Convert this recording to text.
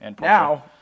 Now